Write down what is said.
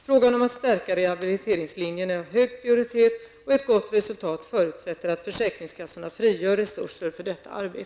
Frågan om att stärka rehabiliteringslinjen är av hög prioritet, och ett gott resultat förutsätter att försäkringskassorna frigör resurser för detta arbete.